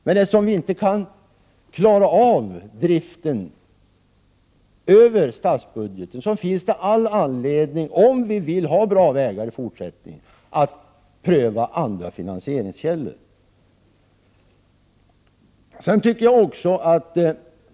Men eftersom vi inte kan klara av driften över statsbudgeten, finns det all anledning att pröva andra finansieringskällor, om vi vill ha bra vägar i fortsättningen.